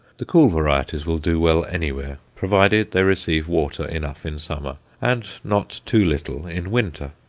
the cool varieties will do well anywhere, provided they receive water enough in summer, and not too little in winter.